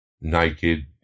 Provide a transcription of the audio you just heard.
naked